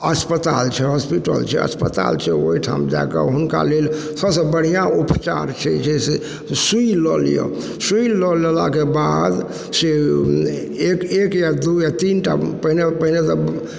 अस्पताल छै हॉस्पिटल छै अस्पताल छै ओहिठाम जा कऽ हुनका लेल सबसँ बढ़िआँ उपचार छै से सुइ लऽ लिअ सुइ लए लेलाक बादसँ एक एक या दू या तीन टा पहिने तऽ